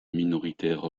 minoritaires